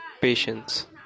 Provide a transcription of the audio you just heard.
patience